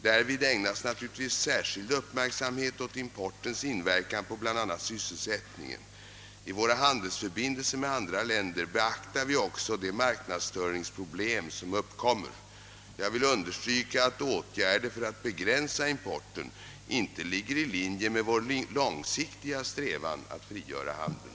Därvid ägnas naturligtvis särskild uppmärksamhet åt importens inverkan på bl.a. sysselsättningen. I våra handelsförbindelser med andra länder beaktar vi också de marknadsstörningsproblem som uppkommer. Jag vill understryka att åtgärder för att begränsa importen inte ligger i linje med vår långsiktiga strävan att frigöra handeln.